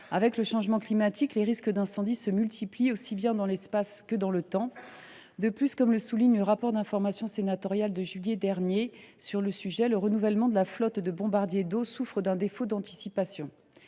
Avec le changement climatique, les risques d’incendie se multiplient aussi bien dans l’espace que dans le temps. De plus, comme le souligne le rapport d’information sénatorial du mois de juillet dernier sur le sujet, le renouvellement de la flotte de bombardiers d’eau souffre d’un défaut d’anticipation.